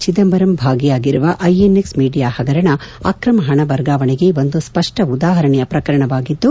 ಚಿದಂಬರಂ ಭಾಗಿಯಾಗಿರುವ INX media ಹಗರಣ ಅಕ್ರಮ ಹಣ ವರ್ಗಾವಣೆಗೆ ಒಂದು ಸ್ವಪ್ಟ ಉದಾಹರಣೆಯ ಪ್ರಕರಣವಾಗಿದ್ದು